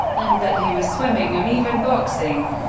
and that he was swimming and even boxing.